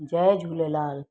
Jay Jhulelal